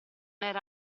era